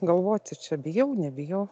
galvoti čia bijau nebijau